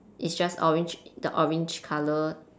it's just orange the orange colour